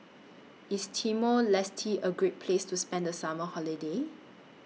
IS Timor Leste A Great Place to spend The Summer Holiday